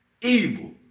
evil